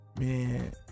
Man